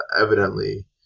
evidently